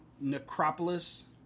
Necropolis